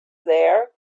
there